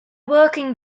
working